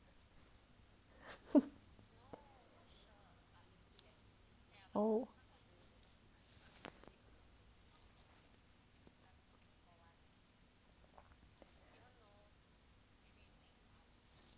oh